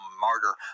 martyr